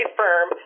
firm